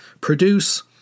produce